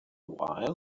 while